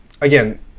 again